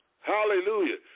Hallelujah